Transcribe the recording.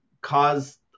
cause